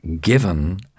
given